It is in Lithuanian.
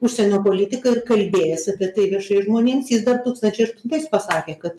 užsienio politika ir kalbėjęs apie tai viešai žmonėms jis dar tūkstančiai aštuntais pasakė kad